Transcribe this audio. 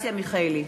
אנסטסיה מיכאלי,